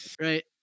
right